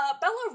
Bella